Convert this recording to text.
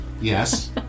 Yes